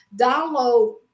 download